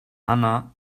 anna